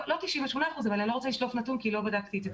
לא 98% אבל אני לא רוצה לשלוף נתון שלא בדקתי.